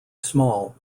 small